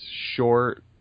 short